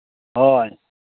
ᱦᱳᱭ